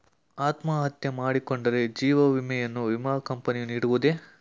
ಅತ್ಮಹತ್ಯೆ ಮಾಡಿಕೊಂಡರೆ ಜೀವ ವಿಮೆಯನ್ನು ವಿಮಾ ಕಂಪನಿ ನೀಡುವುದೇ?